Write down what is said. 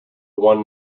one